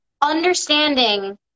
understanding